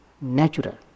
natural